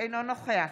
אינו נוכח